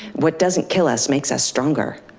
what doesn't kill us makes us stronger.